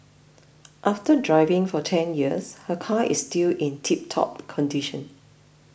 after driving for ten years her car is still in tiptop condition